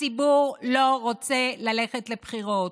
הציבור לא רוצה ללכת לבחירות,